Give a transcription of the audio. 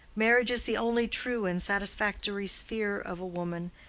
marriage is the only true and satisfactory sphere of a woman,